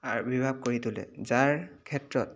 আবিৰ্ভাৱ কৰি তোলে যাৰ ক্ষেত্ৰত